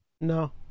No